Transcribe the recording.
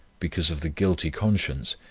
because of the guilty conscience,